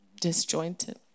disjointed